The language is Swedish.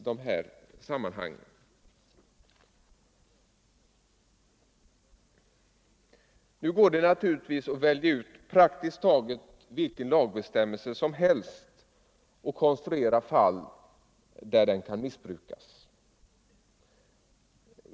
Nu går det naturligtvis att välja ut praktiskt taget vilken lagbestämmelse som helst och konstruera fall där missbruk kan förekomma.